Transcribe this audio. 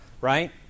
right